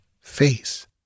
face